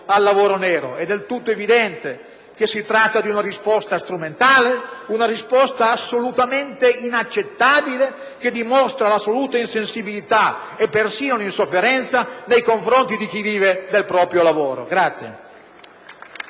è del tutto evidente che si tratta di una risposta strumentale, assolutamente inaccettabile, che dimostra l'assoluta insensibilità e persino l'insofferenza nei confronti di chi vive del proprio lavoro.